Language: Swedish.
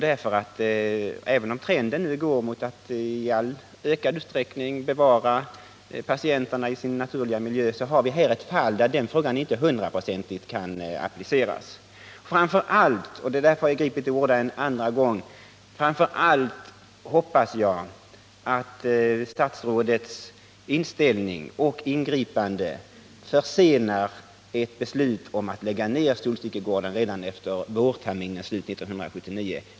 Även om trenden nu går mot att i ökad utsträckning låta patienterna vara kvar i sin naturliga miljö, har vi här ett område där detta inte hundraprocentigt kan förverkligas. Framför allt hoppas jag — och det är därför jag har begärt ordet en andra gång — att statsrådets inställning och ingripande förhindrar ett beslut om att lägga ned Solstickegården redan efter vårterminens slut 1979.